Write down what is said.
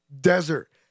desert